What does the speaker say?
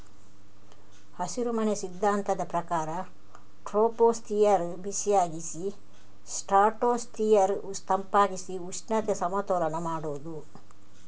ಹಸಿರುಮನೆ ಸಿದ್ಧಾಂತದ ಪ್ರಕಾರ ಟ್ರೋಪೋಸ್ಫಿಯರ್ ಬಿಸಿಯಾಗಿಸಿ ಸ್ಟ್ರಾಟೋಸ್ಫಿಯರ್ ತಂಪಾಗಿಸಿ ಉಷ್ಣತೆ ಸಮತೋಲನ ಮಾಡುದು